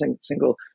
single